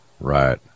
Right